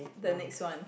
the next one